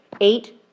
Eight